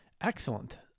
Excellent